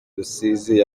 rusizi